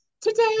today